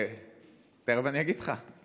תכף אני אגיד לך.